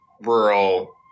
rural